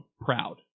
Proud